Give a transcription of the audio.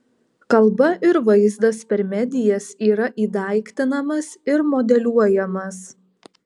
kalba ir vaizdas per medijas yra ir įdaiktinamas ir modeliuojamas